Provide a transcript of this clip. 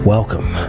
Welcome